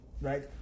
Right